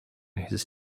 his